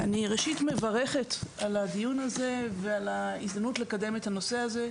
אני מברכת על הדיון הזה ועל ההזדמנות לקדם את הנושא הזה,